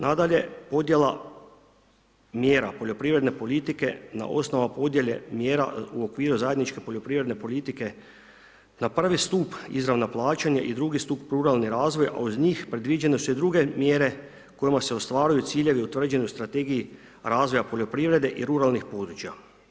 Nadalje, podjela mjera poljoprivredne politike na osnova podjele mjera u okviru zajedničke poljoprivredne politike na prvi stup izravna plaćanja i drugi stup ruralni razvoj a uz njih predviđene su i druge mjere kojima se ostvaruju ciljevi utvrđeni u Strategiji razvoja poljoprivrede i ruralnih područja.